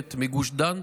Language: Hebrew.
נוספת מגוש דן.